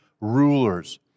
rulers